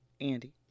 Andy